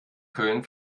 köln